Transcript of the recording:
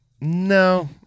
no